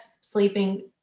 sleeping